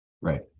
Right